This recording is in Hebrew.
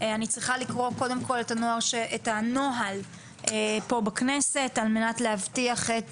אני צריכה לקרוא את הנוהל פה בכנסת על מנת להבטיח את